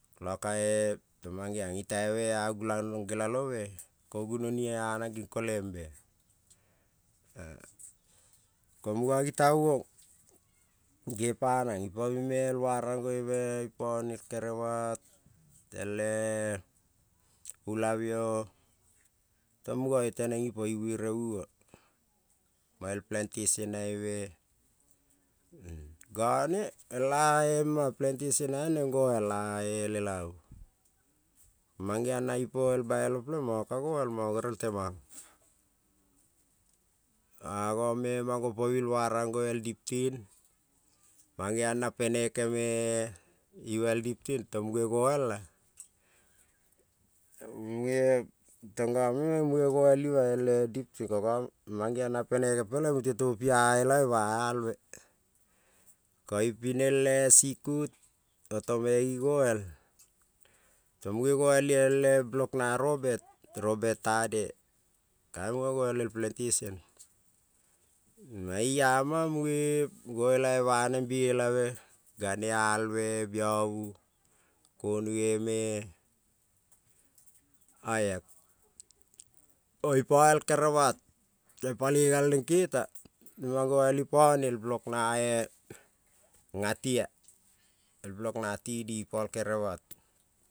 Kolo kae itai me ea gulang rong ngelalome tong mange ona ko a gulan rong nelalo me gunoi o anan ning kolebe e ko muno ni talaon nepanan i pine me el wara goi e ipone kerebat ele ulabio to muna tenen ipo ibuere muo uo mo el pi antation abe ngone ela plantation nen noal a lelabu mangeon na ipo el bailo peleng mono ka noal mongo gerel leman. Agome man go po mine el warangoi, ditin mangeon na penekeme ima el diptin tong mune no al a mangeon na peneke mute tong ngong meng munge goalo ba albe. Ko i pine ele sikut ko oto me ni noal tong mune tenen ipo ibuere uo, mo el plantation nabe a none el a plantation nen no alelabu mangeon na ipo bailo pelen mono ka noal mono gerel temang mangeon na peneke pelen mute mo al la albe mangeon na el diptin robet ne noal ka none noal el plantation. Iama mune no elabe ba neng e oia ko ipa el kerebat paloi gal nen keta pinen noal ipone biok na tia to ipo el kerebat.